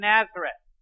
Nazareth